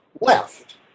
left